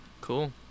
Cool